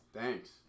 thanks